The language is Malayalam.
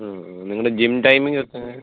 നിങ്ങളുടെ ജിം ടൈമിങ്ങ് ഒക്കെ